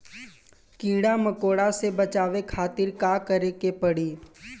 कीड़ा मकोड़ा से बचावे खातिर का करे के पड़ी?